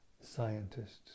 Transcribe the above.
scientists